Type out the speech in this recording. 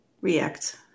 react